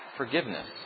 forgiveness